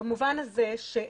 במובן הזה,